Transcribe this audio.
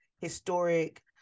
historic